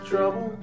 Trouble